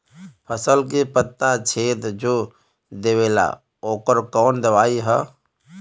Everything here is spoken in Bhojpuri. फसल के पत्ता छेद जो देवेला ओकर कवन दवाई ह?